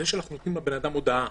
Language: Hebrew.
זה שאנחנו נותנים לבן אדם הודעה